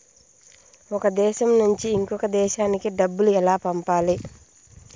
ఒక దేశం నుంచి ఇంకొక దేశానికి డబ్బులు ఎలా పంపాలి?